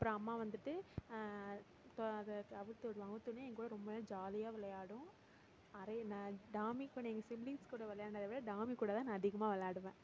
அப்புறம் அம்மா வந்துட்டு இப்போ அதை அவுத்து விடுவோம் அவுத்தோடனே என் கூட ரொம்ப நேரம் ஜாலியாக விளையாடும் நிறைய நான் டாமி கூட எங்கள் சிப்லிங்ஸ் கூட விளையாண்டதை விட டாமி கூட தான் நான் அதிகமாக விளையாடுவேன்